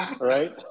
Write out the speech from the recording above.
right